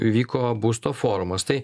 vyko būsto forumas tai